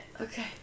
Okay